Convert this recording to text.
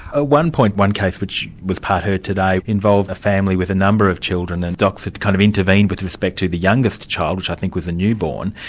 ah one point, one case which was part heard today, involved a family with a number of children and docs had kind of intervened with respect to the youngest child, which i think was a new-born.